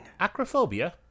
Acrophobia